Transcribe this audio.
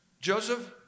Joseph